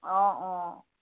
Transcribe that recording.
অঁ অঁ